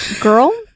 girl-